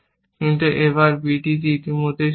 কিন্তু এবার b d এ ইতিমধ্যেই সত্য